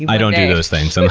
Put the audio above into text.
i don't do those things so.